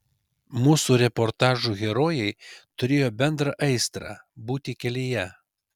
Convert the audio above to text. mūsų reportažų herojai turėjo bendrą aistrą būti kelyje